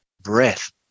breath